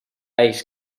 ells